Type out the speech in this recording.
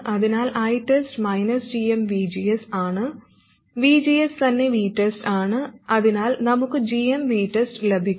അതിനാൽ ITEST gmVGS ആണ് VGS തന്നെ VTEST ആണ് അതിനാൽ നമുക്ക് gm VTEST ലഭിക്കും